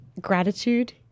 gratitude